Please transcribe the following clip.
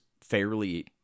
fairly